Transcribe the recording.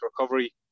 recovery